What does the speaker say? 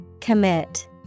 Commit